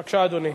בבקשה, אדוני.